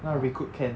那个 recruit ken